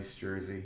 jersey